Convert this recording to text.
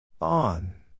On